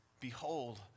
Behold